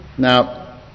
Now